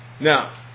Now